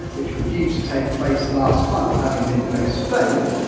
which were due to take place last month having been postponed,